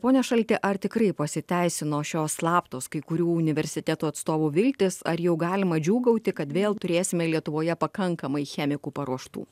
pone šalti ar tikrai pasiteisino šios slaptos kai kurių universitetų atstovų viltys ar jau galima džiūgauti kad vėl turėsime lietuvoje pakankamai chemikų paruoštų